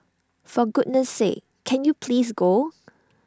for goodness sake can you please go